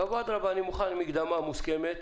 שהוא יגיד: "אדרבה, אני מוכן למקדמה מוסכמת,